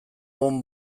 bon